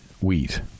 wheat